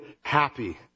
happy